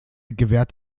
gewährt